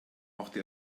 machte